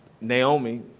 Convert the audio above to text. Naomi